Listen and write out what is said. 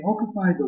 occupied